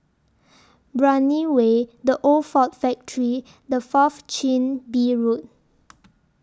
Brani Way The Old Ford Factory and Fourth Chin Bee Road